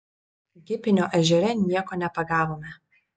gipinio ežere nieko nepagavome